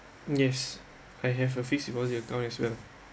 yes I have a fixed deposit account as well